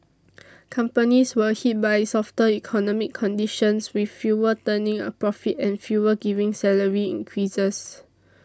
companies were hit by softer economic conditions with fewer turning a profit and fewer giving salary increases